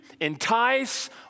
entice